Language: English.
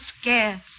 scarce